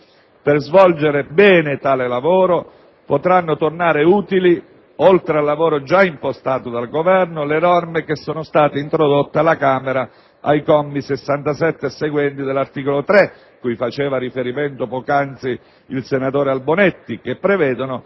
Per svolgere bene tale lavoro, potranno tornare utili, oltre al lavoro già impostato dal Governo, le norme che sono state introdotte alla Camera ai commi 67 e seguenti dell'articolo 3, cui faceva riferimento poc'anzi il senatore Albonetti, che prevedono